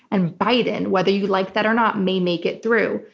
and biden, whether you like that or not, may make it through.